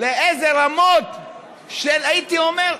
לאיזה רמות של, הייתי אומר,